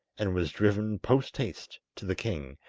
and was driven post haste to the king,